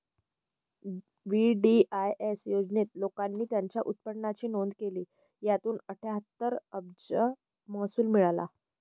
VDIS योजनेत, लोकांनी त्यांच्या उत्पन्नाची नोंद केली, ज्यातून अठ्ठ्याहत्तर अब्ज महसूल मिळाला